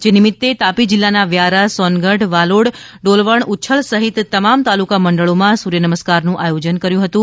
જે નિમિત્ત તાપી જીલ્લાના વ્યારા સોનગઢ વાલોડ ડોલવણઉચ્છલ સહિત તમામ તાલુકા મંડળીમાં સૂર્ય નમસ્કારનું આયોજન કર્યું હતું